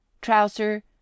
trouser